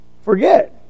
forget